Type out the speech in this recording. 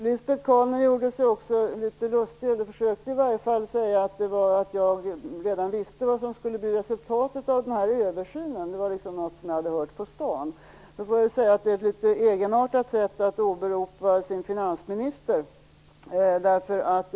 Lisbet Calner försökte göra sig litet lustig över att jag redan visste vad som skulle bli resultatet av översynen, och att det var något jag skulle ha hört på stan. Jag måste säga att det är ett litet egenartat sätt att åberopa sin finansminister.